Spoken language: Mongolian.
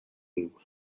гэв